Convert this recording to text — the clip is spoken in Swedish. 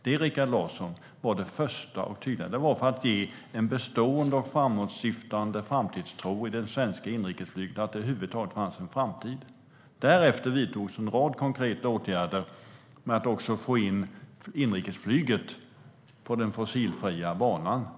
Det, Rikard Larsson, var för att ge en bestående och framåtsyftande framtidstro i det svenska inrikesflyget - att det över huvud taget fanns en framtid. Därefter vidtogs en rad konkreta åtgärder med att också få in inrikesflyget på den fossilfria banan.